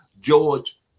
George